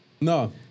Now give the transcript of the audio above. No